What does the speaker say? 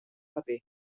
paper